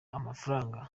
amafaranga